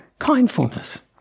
Kindfulness